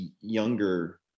younger